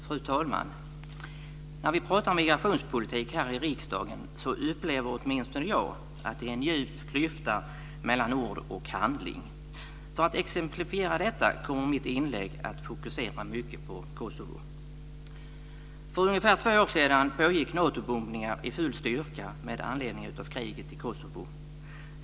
Fru talman! När vi pratar migrationspolitik här i riksdagen upplever åtminstone jag att det är en djup klyfta mellan ord och handling. För att exemplifiera detta kommer jag i mitt inlägg att fokusera mycket på För ungefär två år sedan pågick Natobombningar i full styrka med anledning av kriget i Kosovo.